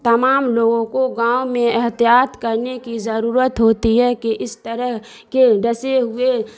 تمام لوگوں کو گاؤں میں احتیاط کرنے کی ضرورت ہوتی ہے کہ اس طرح کے ڈنسے ہوئے